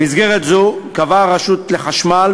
במסגרת זו קבעה הרשות לחשמל,